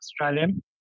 Australian